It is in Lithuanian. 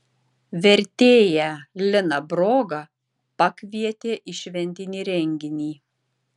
vertėją liną brogą pakvietė į šventinį renginį